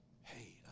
hey